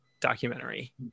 documentary